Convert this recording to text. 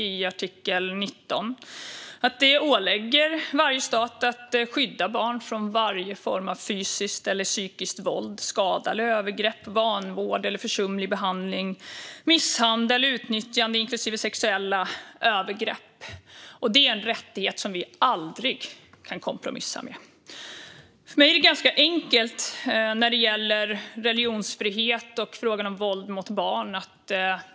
I artikel 19 åläggs varje stat att skydda barn från varje form av fysiskt eller psykiskt våld, skada eller övergrepp, vanvård eller försumlig behandling, misshandel och utnyttjande inklusive sexuella övergrepp. Denna rättighet kan vi aldrig kompromissa med. För mig är det ganska enkelt när det gäller religionsfrihet och frågan om våld mot barn.